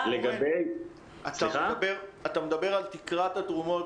אתה מדבר על תקרת התרומות,